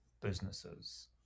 businesses